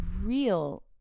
real